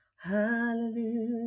Hallelujah